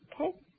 Okay